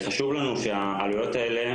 חשוב לנו שהעלויות האלה